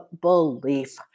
belief